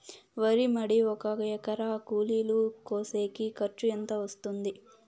వరి మడి ఒక ఎకరా కూలీలు కోసేకి ఖర్చు ఎంత వస్తుంది?